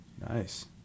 Nice